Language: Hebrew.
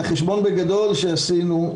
מהחשבון שעשינו,